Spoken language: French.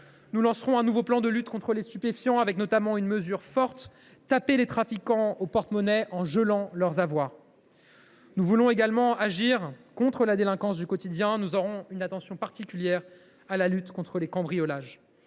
Nous lancerons un nouveau plan de lutte contre les stupéfiants, comprenant notamment une mesure forte : nous taperons les trafiquants au porte monnaie en gelant leurs avoirs. Nous voulons également agir contre la délinquance du quotidien. Nous porterons ainsi une attention particulière à la lutte contre les cambriolages.